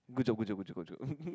good job good job good job good job